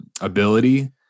ability